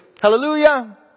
Hallelujah